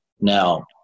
Now